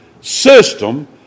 system